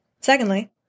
Secondly